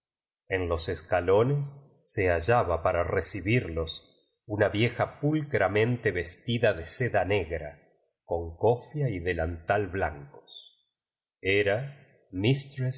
en los escalones se hallaba para recibir los una vieja pulcramente vestida de seda negra con cofia y delantal blancos era